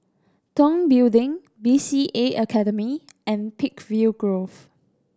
Tong Building B C A Academy and Peakville Grove